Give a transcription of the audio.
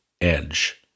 edge